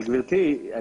אבל גבירתי,